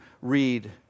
read